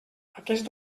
aquest